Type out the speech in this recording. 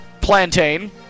plantain